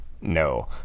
no